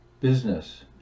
business